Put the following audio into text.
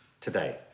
today